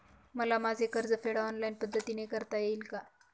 मला माझे कर्जफेड ऑनलाइन पद्धतीने करता येईल का?